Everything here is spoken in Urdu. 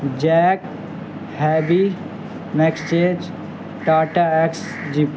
جیک ہیبی میکسچیج ٹاٹا ایکس جپ